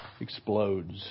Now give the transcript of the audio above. explodes